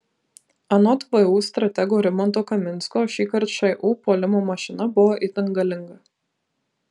anot vu stratego rimanto kaminsko šįkart šu puolimo mašina buvo itin galinga